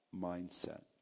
mindset